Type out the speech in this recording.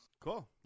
cool